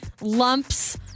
lumps